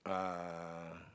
uh